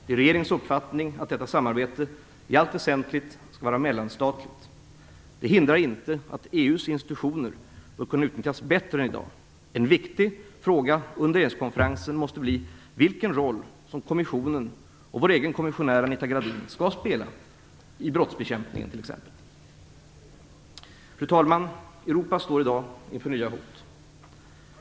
Det är regeringens uppfattning att detta samarbete i allt väsentligt skall vara mellanstatligt. Det hindrar inte att EU:s institutioner bör kunna utnyttjas bättre än i dag. En viktig fråga under regeringskonferensen måste bli vilken roll som kommissionen och vår egen kommissionär Anita Gradin skall spela, t.ex. i brottsbekämpningen. Fru talman! Europa står i dag inför nya hot.